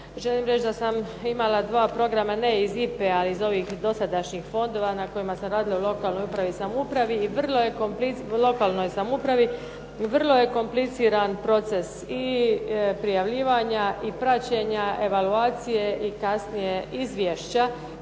Želim reći da sam imala dva programa, ne iz IPA-e, ali iz ovih dosadašnjih fondova na kojima sam radila u lokalnoj upravi i samoupravi i vrlo je, lokalnoj samoupravi i vrlo je kompliciran proces i prijavljivanja i praćenja evaluacije i kasnije izvješća